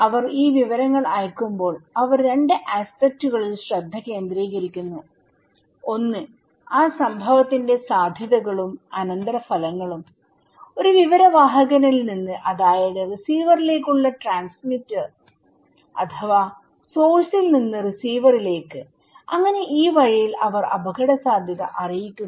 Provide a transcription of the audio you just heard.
അവർ ഈ വിവരങ്ങൾ അയയ്ക്കുമ്പോൾ അവർ 2 ആസ്പെക്റ്റുകളിൽ ശ്രദ്ധ കേന്ദ്രീകരിക്കുന്നു ഒന്ന് ആ സംഭവത്തിന്റെ സാധ്യതകളും അനന്തരഫലങ്ങളും ഒരു വിവര വാഹകനിൽ നിന്ന്അതാണ് റിസീവറിലേക്കുള്ളട്രാൻസ്മിറ്റർ അഥവാ സോഴ്സിൽ നിന്ന് റിസീവറിലേക്ക് അങ്ങനെ ഈ വഴിയിൽ അവർ അപകടസാധ്യത അറിയിക്കുന്നു